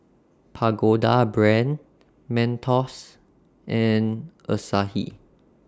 Pagoda Brand Mentos and Asahi